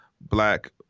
black